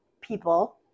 people